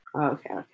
Okay